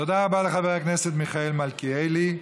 תודה רבה לחבר הכנסת מיכאל מלכיאלי.